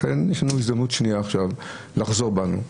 לכן יש לנו הזדמנות שנייה עכשיו לחזור בנו.